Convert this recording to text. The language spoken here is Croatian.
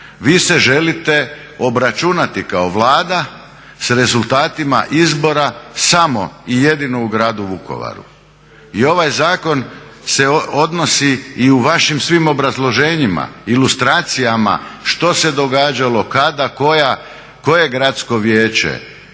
Vi se želite obračunati kao Vlada s rezultatima izbora samo i jedino u gradu Vukovaru. I ovaj zakon se odnosi i u vašim svim obrazloženjima, ilustracijama što se događalo, kada, koje Gradsko vijeće,